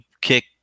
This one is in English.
kick